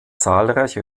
zahlreiche